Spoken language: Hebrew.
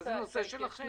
מה זה נושא שלכם?